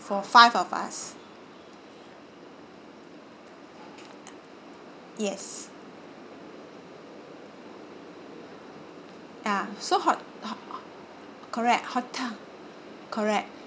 for five of us yes ah so ho~ ho~ ho~ correct hotel correct